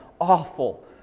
awful